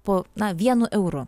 po na vienu euru